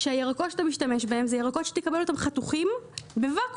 שהירקות שאתה משתמש בהם הם ירקות שתקבל אותם חתוכים בוואקום.